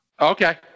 Okay